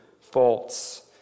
faults